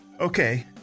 Okay